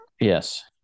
Yes